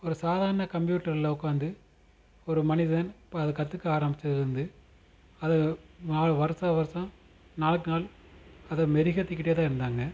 ஒரு சாதாரண கம்ப்யூட்டர்ல உட்காந்து ஒரு மனிதன் இப்போ அதை கற்றுக்க ஆரம்பிச்சதிலர்ந்து அது நாளு வருடா வருடம் நாளுக்கு நாள் அதை மெருகேற்றிக்கிட்டேதான் இருந்தாங்கள்